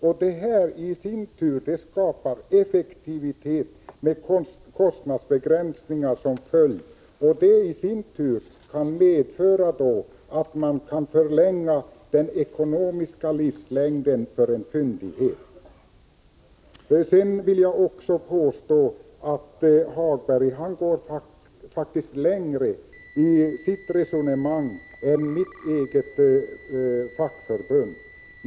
Och det i sin tur skapar effektivitet med kostnadsbegränsningar som följd, vilket kan medföra att man ökar den ekonomiska livslängden för en fyndighet. Lars-Ove Hagberg går faktiskt längre i sitt resonemang än mitt eget fackförbund gör.